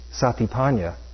satipanya